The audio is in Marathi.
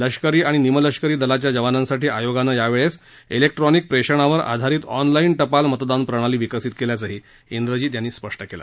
लष्करी आणि निमलष्करी दलाच्या जवानांसाठी आयोगानं या वेळेस इलेक्ट्रानिक प्रेषणावर आधारित ऑनलाईन टपाल मतदान प्रणाली विकसित केल्याचंही इंद्रजीत यांनी स्पष्ट केलं